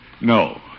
No